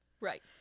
Right